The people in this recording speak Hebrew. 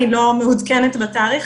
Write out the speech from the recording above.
אני לא מעודכנת בתאריך,